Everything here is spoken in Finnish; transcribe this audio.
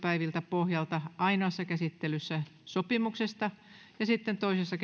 pohjalta ainoassa käsittelyssä sopimuksesta ja sitten toisessa